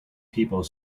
people